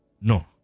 No